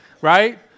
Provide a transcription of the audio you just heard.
Right